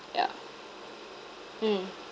ya mm